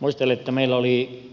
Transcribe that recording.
muistelen että meillä oli